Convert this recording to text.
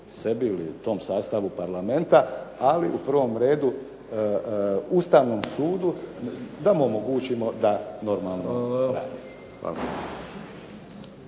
sebi ili tom sastavu Parlamenta ali u prvom redu Ustavnom sudu da mu omogućimo da normalno radi.